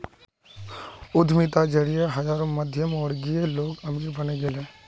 उद्यमिता जरिए हजारों मध्यमवर्गीय लोग अमीर बने गेले